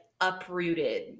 uprooted